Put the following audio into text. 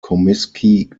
comiskey